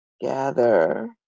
gather